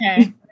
Okay